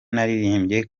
naririmbye